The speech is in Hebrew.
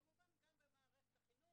כמובן גם במערכת החינוך,